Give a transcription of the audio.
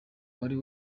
wari